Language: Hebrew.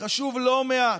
חשוב לא מעט,